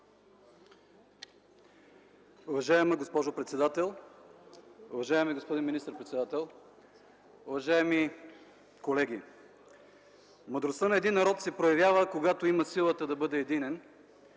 Уважаема госпожо председател, уважаеми господин министър-председател, уважаеми колеги! Мъдростта на един народ се проявява, когато има силата да бъде единен,